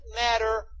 matter